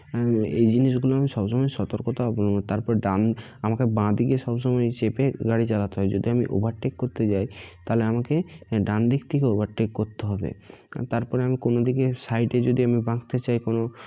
এই জিনিসগুলো আমি সব সময় সতর্কতা অব তারপর ডান আমাকে বাঁদিকে সব সময় চেপে গাড়ি চালাতে হয় যদি আমি ওভারটেক করতে যাই তাহলে আমাকে ডানদিক থেকে ওভারটেক করতে হবে তারপরে আমি কোনো দিকে সাইডে যদি আমি বাঁকতে চাই কোনো